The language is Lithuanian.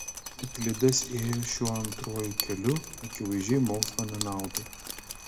euklidas ėjo šiuo antruoju keliu akivaizdžiai mokslo nenaudai